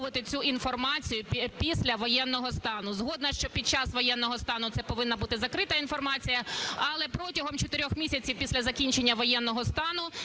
Дякую.